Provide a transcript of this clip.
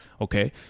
Okay